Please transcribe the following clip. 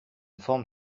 forme